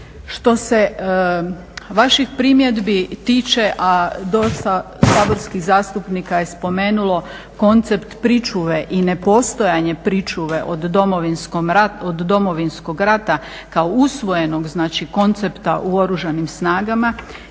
Što se vaših primjedbi tiče, a dosta saborskih zastupnika je spomenulo koncept pričuve i nepostojanje pričuve od Domovinskog rata kao usvojenog koncepta u Oružanim snagama,